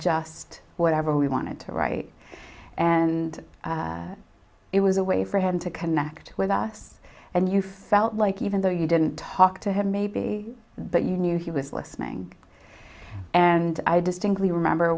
just whatever we wanted to write and it was a way for him to connect with us and you felt like even though you didn't talk to him maybe but you knew he was listening and i distinctly remember